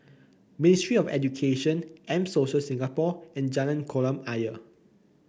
Ministry of Education M Social Singapore and Jalan Kolam Ayer